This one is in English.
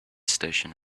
station